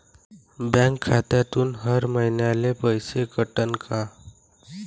Bank खात्यातून हर महिन्याले पैसे कटन का?